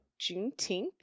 Juneteenth